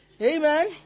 Amen